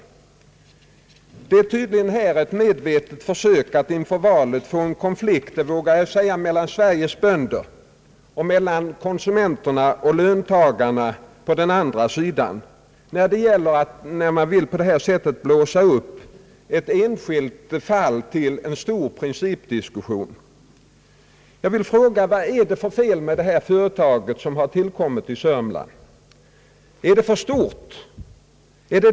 Här föreligger tydligen ett medvetet försök att inför valet få en konflikt — vågar jag säga — mellan å ena sidan Sveriges bönder och å andra sidan konsumenter och löntagare, där man vill blåsa upp ett enskilt fall till en stor principdiskussion. Jag vill fråga: Vad är det för fel med det företag som har tillkommit i Södermanland? Är det för stort?